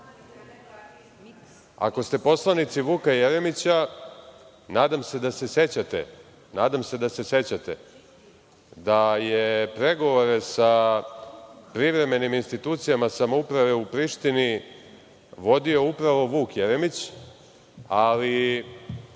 ste poslanici Vuka Jeremića, nadam se da se sećate da je pregovore sa privremenim institucijama samouprave u Prištini vodio upravo Vuk Jeremić, ali